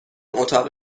اتاق